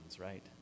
right